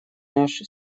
наш